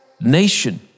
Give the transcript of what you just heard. nation